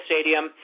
Stadium